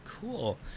cool